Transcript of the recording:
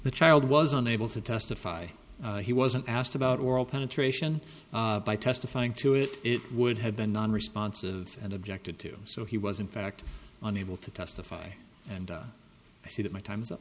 the child was unable to testify he wasn't asked about oral penetration by testifying to it it would have been non responsive and objected to so he was in fact on able to testify and i see that my time's up